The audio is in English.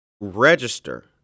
register